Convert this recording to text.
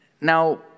Now